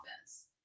office